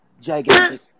Gigantic